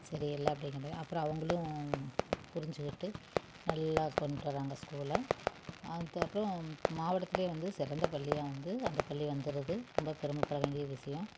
சரியில்லை அப்படிங்கிறமேரி அப்புறம் அவங்களும் புரிஞ்சிக்கிட்டு நல்லா கொண்டுட்டு வராங்க ஸ்கூல அது அப்புறம் மாவட்டத்திலையே வந்து சிறந்த பள்ளியாக வந்து அந்த பள்ளி வந்துடுது ரொம்ப பெருமப்பட வேண்டிய விஷயம்